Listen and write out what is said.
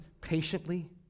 patiently